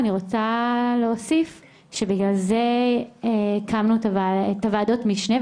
אני רוצה להוסיף שבגלל זה הקמנו את הועדות משנה,